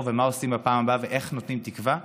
ומה עושים בפעם הבאה ואיך נותנים תקווה.